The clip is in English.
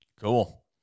Cool